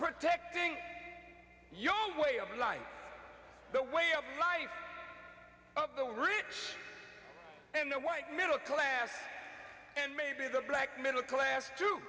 protecting your way of life the way of life of the rich and the white middle class and maybe the black middle class to